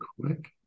quick